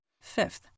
Fifth